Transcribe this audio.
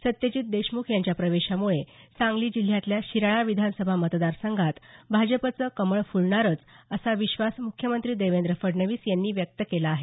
सत्यजीत देशमुख यांच्या प्रवेशामुळे सांगली जिल्ह्यातल्या शिराळा विधानसभा मतदारसंघात भाजपचं कमळ फुलणारच असा विश्वास मुख्यमंत्री देवेंद्र फडणवीस यांनी व्यक्त केला आहे